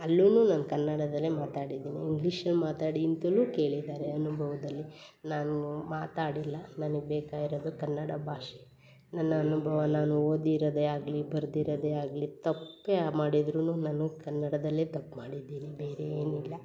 ಅಲ್ಲೂ ನಾವು ಕನ್ನಡದಲ್ಲೇ ಮಾತಾಡಿದ್ದೀನಿ ಇಂಗ್ಲೀಷ್ ಅಲ್ಲಿ ಮಾತಾಡಿ ಅಂತಲೂ ಕೇಳಿದ್ದಾರೆ ಅನುಭವದಲ್ಲಿ ನಾನು ಮಾತಾಡಿಲ್ಲ ನನಗೆ ಬೇಕಾಗಿರೋದು ಕನ್ನಡ ಭಾಷೆ ನನ್ನ ಅನುಭವನ ನಾನು ಓದಿರೋದೆ ಆಗಲಿ ಬರ್ದಿರೋದೆ ಆಗಲಿ ತಪ್ಪೇ ಮಾಡಿದ್ರೂ ನನಗೆ ಕನ್ನಡದಲ್ಲಿಯೇ ತಪ್ಪು ಮಾಡಿದ್ದೀನಿ ಬೇರೆ ಏನು ಇಲ್ಲ